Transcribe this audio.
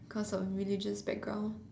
cause of religious background